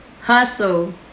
hustle